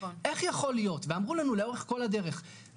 איך יכול להיות ואמרו לנו לאורך כל הדרך,